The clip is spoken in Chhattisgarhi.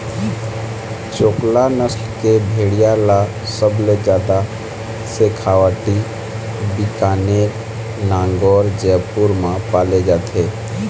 चोकला नसल के भेड़िया ल सबले जादा सेखावाटी, बीकानेर, नागौर, जयपुर म पाले जाथे